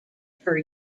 per